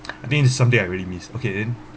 I think is something I really miss okay then